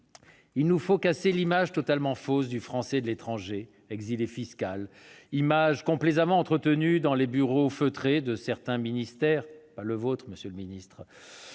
Il nous faut casser l'image totalement fausse du Français de l'étranger exilé fiscal, image complaisamment entretenue dans les bureaux feutrés de certains ministères- pas le vôtre, monsieur le secrétaire